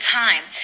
time